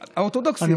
האורתודוקסיות,